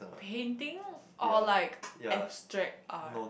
painting or like extract art